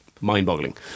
mind-boggling